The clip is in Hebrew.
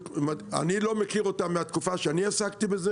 אני לא מכיר את הוועדה הזו מהתקופה שאני עסקתי בזה,